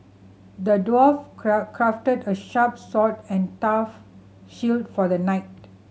the dwarf crafted a sharp sword and tough shield for the knight